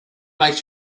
makes